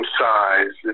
size